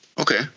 okay